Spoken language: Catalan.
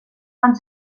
van